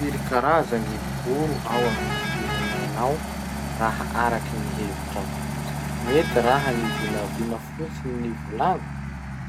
Firy karaza gny voro ao amin'ny firenao raha araky gny hevitrao? Mety raha gny vinavina fotsiny gny volagny.